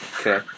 Okay